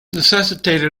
necessitated